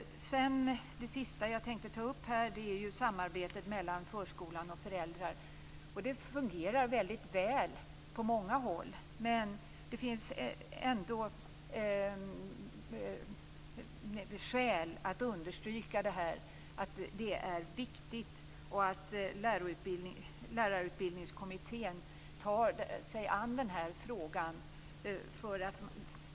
Det sista jag tänkte ta upp är samarbetet mellan förskola och föräldrar. Det fungerar väldigt väl på många håll. Men det finns ändå skäl att understryka vikten av detta samarbete och att Lärarutbildningskommittén tar sig an frågan.